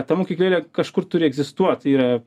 ta mokyklėlė kažkur turi egzistuot yra